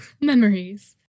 memories